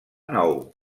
nou